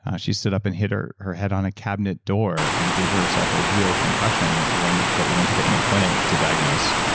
she stood up and hit her her head on a cabinet door and gave herself a real concussion that we went to the amen clinic to diagnose,